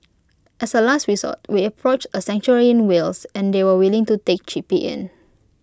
as A last resort we approached A sanctuary in Wales and they were willing to take chippy in